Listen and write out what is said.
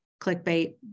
clickbait